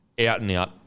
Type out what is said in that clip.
out-and-out